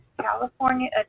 California